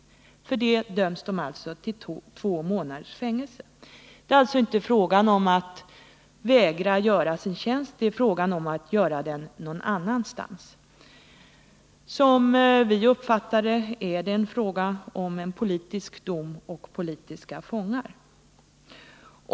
För detta döms de till två månaders fängelse. Det är alltså inte fråga om att vägra att fullgöra sin tjänst inom totalförsvaret, utan det är fråga om att få göra vapenfri tjänst någon annanstans. Som vi uppfattar det gäller det här en politisk dom och politiska fångar.